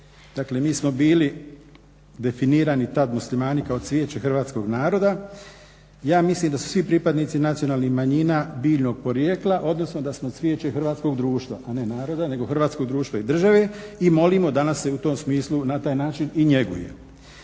Dakle, mi smo bili definirani tad muslimani kao cvijeće Hrvatskog naroda. Ja mislim da su svi pripadnici nacionalnih manjina biljnog porijekla, odnosno da smo cvijeće hrvatskog društva, a ne naroda nego hrvatskog društva i države i molimo da nas se u tom smislu na taj način i njeguje.